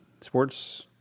Sports